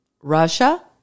Russia